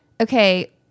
Okay